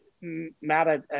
Matt